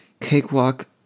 Cakewalk